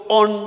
on